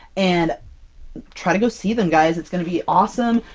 and try to go see them, guys! it's gonna be awesome!